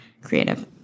Creative